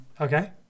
Okay